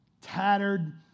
tattered